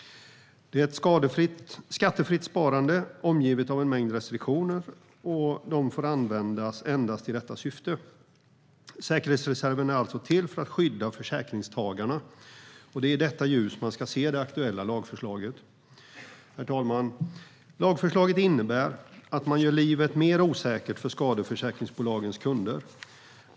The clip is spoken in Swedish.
Det är ett skattefritt sparande, omgivet av en mängd restriktioner, som får användas endast i detta syfte. Säkerhetsreserven är alltså till för att skydda försäkringstagarna. Det är i detta ljus man ska se det aktuella lagförslaget. Herr talman! Lagförslaget innebär att man gör livet mer osäkert för skadeförsäkringsbolagens kunder.